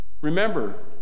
Remember